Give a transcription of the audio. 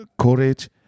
courage